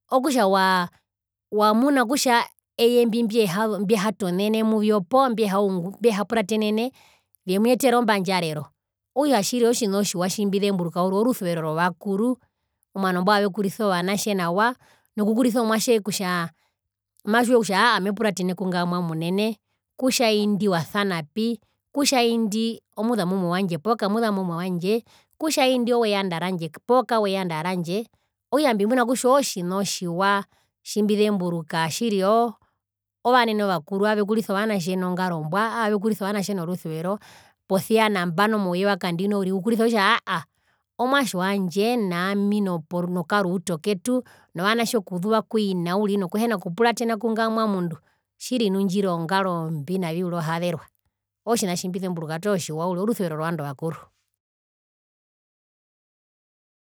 Okutja waa wamuna kutja eye imbi mbehatonene poo mbyehaungurire poo mbyehapuratenene vyemuyetera ombandjarero okutja tjiri ootjina otjiwa tjimbizemburuka uriri orusuvero rovakuru omwano mbwavekurisa ovanatje nawa nokukurisa omwatje kutja matjiwe kutja aa mepuratene kungamwa munene kutja indi wasanapi kutja indi omuzamumwe wandje poo kamuzamumwe wandje kutja indi oweyanda randje poo kaweyanda randje okutja mbimuna kutja ootjina otjiwa tjimbizemburuka oo ovanene ovakuru aavekurisa ovanatjenongaro mbwa avekurisa ovanatje norusuvero posia nambano mouye wakandino uriri ukurisa kutja aa omwatje wandje naami nokaruuto ketu novanatje okuzuva kuina uriri nokuhena kupuratena kungamwa mundu tjiri nu ndjiri ongaro mbi navi uririohazerwa ootjina tjimbizemburuka toho tjiwa uri orusuvero rovandu ovakuru.